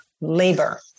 labor